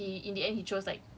prestigious one lah but then